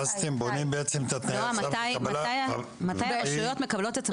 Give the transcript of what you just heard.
האם מגיל שלוש עד שש זו אותה רכזת שקיימת היום,